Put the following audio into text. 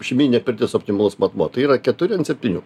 šeimyninė pirtis optimalus matmuo tai yra keturi ant septynių